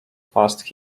past